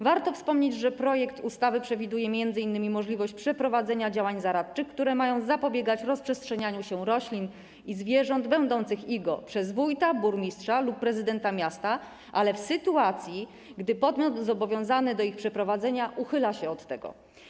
Warto wspomnieć, że projekt ustawy przewiduje m.in. możliwość przeprowadzenia działań zaradczych, które mają zapobiegać rozprzestrzenianiu się roślin i zwierząt będących IGO, przez wójta, burmistrza lub prezydenta miasta, ale w sytuacji gdy podmiot zobowiązany do ich przeprowadzenia uchyla się od tego.